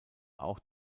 auch